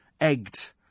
egged